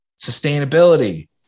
Sustainability